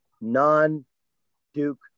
non-Duke